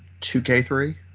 2K3